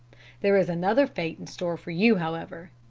there is another fate in store for you, however.